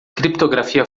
criptografia